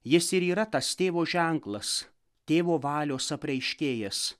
jis ir yra tas tėvo ženklas tėvo valios apreiškėjas